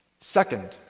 Second